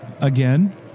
again